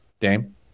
Dame